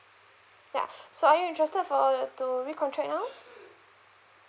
ya so are you interested for to recontract now